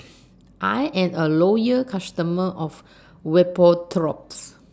I Am A Loyal customer of Vapodrops